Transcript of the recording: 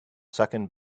second